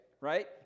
right